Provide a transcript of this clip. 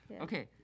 Okay